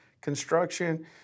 construction